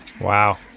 wow